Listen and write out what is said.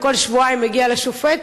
וכל שבועיים מגיע לשופט,